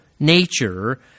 nature